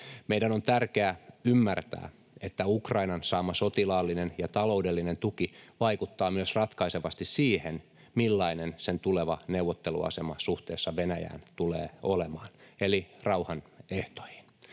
Meidän on tärkeää ymmärtää, että Ukrainan saama sotilaallinen ja taloudellinen tuki vaikuttaa ratkaisevasti myös siihen, millainen sen tuleva neuvotteluasema suhteessa Venäjään tulee olemaan, eli rauhan ehtoihin.